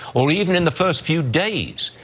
or even in the first few days.